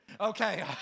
Okay